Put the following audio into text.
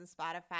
Spotify –